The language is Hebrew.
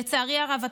ולצערי הרב,